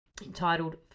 entitled